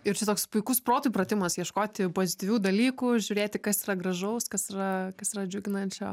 ir čia toks puikus protui pratimas ieškoti pozityvių dalykų žiūrėti kas yra gražaus kas yra kas yra džiuginančio